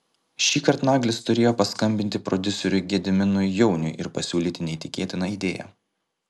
šįkart naglis turėjo paskambinti prodiuseriui gediminui jauniui ir pasiūlyti neįtikėtiną idėją